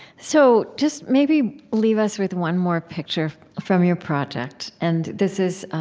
so just maybe leave us with one more picture from your project. and this is